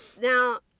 Now